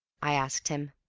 i asked him.